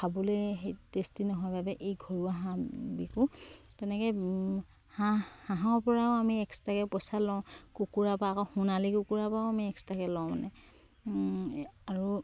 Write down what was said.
খাবলে সেই টেষ্টি নহয় বাবে এই ঘৰুৱা হাঁহ বিকো তেনেকে হাঁহ হাঁহৰ পৰাও আমি এক্সট্ৰাকে পইচা লওঁ কুকুৰাৰ পৰা আকৌ সোণালী কুকুৰা পাও আমি এক্সট্ৰাকে লওঁ মানে আৰু